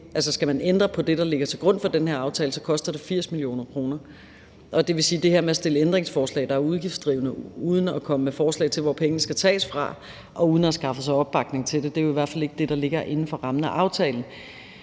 skal man ændre på det, der ligger til grund for den her aftale, koster det 80 mio. kr. Og det vil sige, at det her med at stille ændringsforslag, der er udgiftsdrivende, uden at komme med forslag til, hvor pengene skal tages fra, og uden at have skaffet sig opbakning til det, i hvert fald ikke er det, der ligger inden for rammen af aftalen.